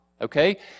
Okay